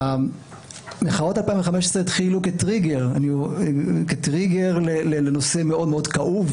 מחאות 2015 התחילו כטריגר לנושא מאוד מאוד כאוב,